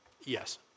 Yes